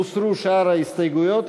הוסרו שאר ההסתייגויות,